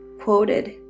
quoted